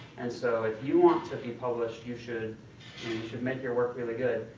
and so, if you want to if you published, you should you should make your work really good.